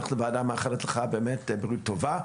הוועדה מאחלת לך בריאות טובה.